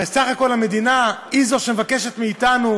הרי בסך הכול המדינה היא זו שמבקשת מאתנו